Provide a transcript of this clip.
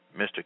Mr